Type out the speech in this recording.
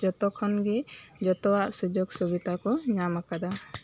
ᱡᱚᱛᱚ ᱠᱷᱚᱱ ᱜᱮ ᱡᱚᱛᱚᱣᱟᱜ ᱥᱩᱡᱳᱜᱽ ᱥᱩᱵᱤᱛᱟ ᱠᱚ ᱧᱟᱢ ᱠᱟᱫᱟ